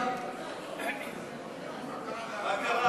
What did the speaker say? מה קרה?